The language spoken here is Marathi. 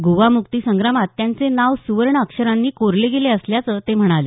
गोवा मुक्तीसंग्रामात त्यांचे नाव सुवर्ण अक्षरांनी कोरले गेले असल्याचं ते म्हणाले